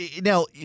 now